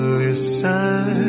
listen